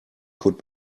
could